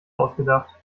ausgedacht